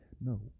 no